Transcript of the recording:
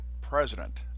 president